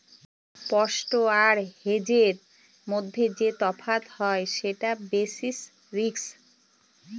spot আর হেজের মধ্যে যে তফাৎ হয় সেটা বেসিস রিস্ক